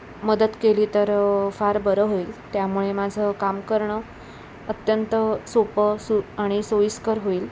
मदत केली तर फार बरं होईल त्यामुळे माझं काम करणं अत्यंत सोपं सु आणि सोयीस्कर होईल